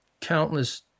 countless